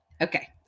Okay